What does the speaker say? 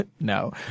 No